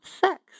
sex